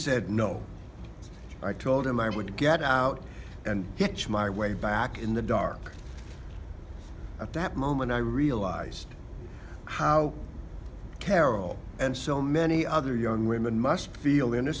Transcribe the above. said no i told him i would get out and hitch my way back in the dark at that moment i realized how carol and so many other young women must feel in a